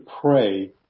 pray